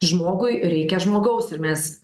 žmogui reikia žmogaus ir mes